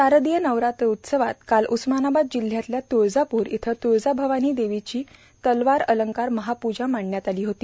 शारदीय नवरात्र उत्सवात काल उस्मानाबाद जिल्ह्यातल्या तुळजापूर इथं तुळजाभवानी देवीची भवानी तलवार अलंकार महापूजा मांडण्यात आली होती